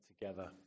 together